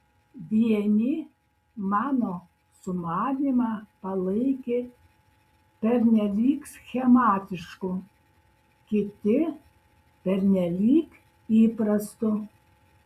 vieni mano sumanymą palaikė pernelyg schematišku kiti pernelyg įprastu